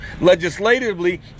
legislatively